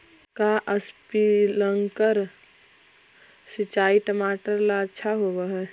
का स्प्रिंकलर सिंचाई टमाटर ला अच्छा होव हई?